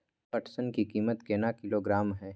पटसन की कीमत केना किलोग्राम हय?